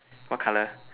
what color